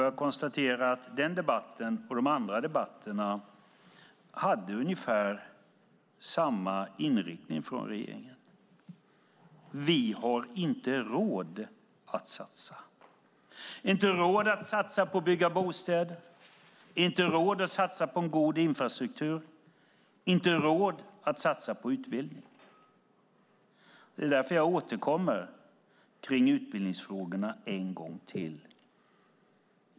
Jag konstaterar att i den debatten och i de andra debatterna hade regeringen ungefär samma inriktning: Vi har inte råd att satsa. Vi har inte råd att satsa på att bygga bostäder. Vi har inte råd att satsa på en god infrastruktur. Vi har inte råd att satsa på utbildning. Det är därför jag återkommer om utbildningsfrågorna en gång till.